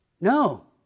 No